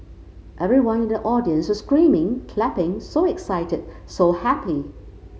everyone in the audience was screaming clapping so excited so happy